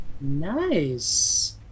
Nice